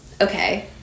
okay